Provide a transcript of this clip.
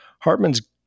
Hartman's